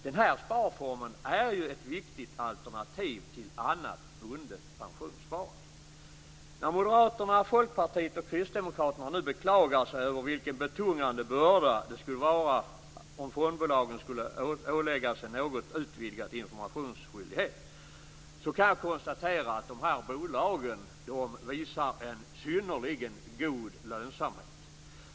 Denna sparform är ett viktigt alternativ till annat bundet pensionssparande. När Moderaterna, Folkpartiet och Kristdemokraterna nu beklagar sig över vilken betungande börda det skulle vara om fondbolagen skulle åläggas en något utvidgad informationsskyldighet kan jag konstatera att bolagen visar en synnerligen god lönsamhet.